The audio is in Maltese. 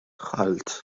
dħalt